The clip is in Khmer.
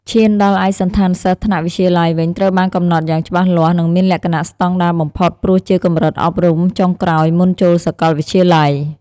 ឈានដល់ឯកសណ្ឋានសិស្សថ្នាក់វិទ្យាល័យវិញ ត្រូវបានកំណត់យ៉ាងច្បាស់លាស់ និងមានលក្ខណៈស្តង់ដារបំផុត ព្រោះជាកម្រិតអប់រំចុងក្រោយមុនចូលសាកលវិទ្យាល័យ។